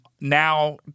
now